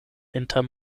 inter